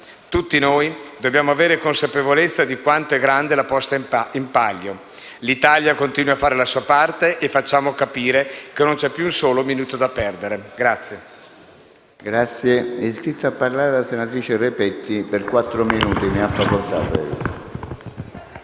Tutti noi dobbiamo avere consapevolezza di quanto è grande la posta in palio. L'Italia continui a fare la sua parte. Facciamo capire che non c'è più un solo minuto da perdere.